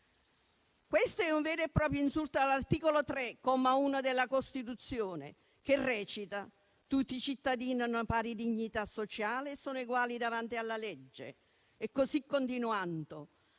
Questo è un vero e proprio insulto all'articolo 3, comma 1 della Costituzione che recita: «Tutti i cittadini hanno pari dignità sociale e sono eguali davanti alla legge